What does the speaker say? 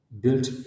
built